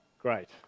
Great